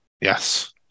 Yes